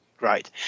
right